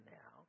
now